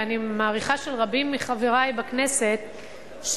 ואני מעריכה של רבים מחברי בכנסת,